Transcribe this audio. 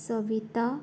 Savita